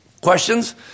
Questions